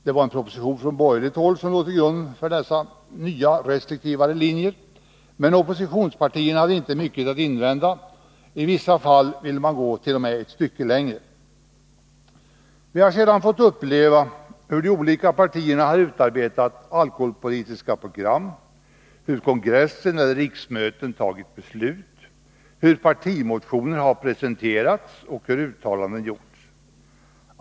Det var en proposition från borgerligt håll som låg till grund för dessa nya, restriktivare linjer, men oppositionspartierna hade inte mycket att invända, i vissa fall ville de t.o.m. gå ett stycke längre. Vi har sedan dess fått uppleva hur de olika partierna har utarbetat alkoholpolitiska program, hur kongresser eller riksmöten tagit beslut, hur partimotioner har presenterats och hur uttalanden gjorts.